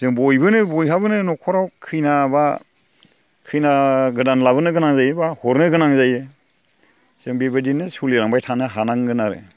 जों बयबोनो बयहाबोनो न'खराव खैना एबा खैना गोदान लाबोनो गोनां जायो एबा हरनो गोनां जायो जों बेबायदिनो सोलि लांबाय थानो हानांगोन आरो